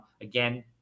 Again